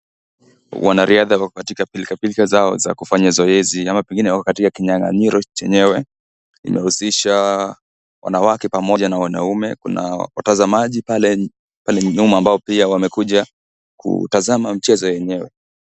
Wanariadha wako katika pilka pilka zao za kufanya zoezi yao katika kinyang'anyiro yenyewe inayohusisha wanawake pamoja na wanaume, kuna watazamaji pale nyuma ambao pia wamekuja kutazama mchezo yenyewe.